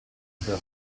per